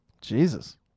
Jesus